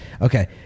Okay